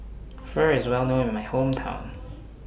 Pho IS Well known in My Hometown